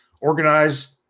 organize